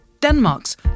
Denmark's